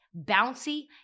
bouncy